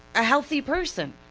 a healthy person,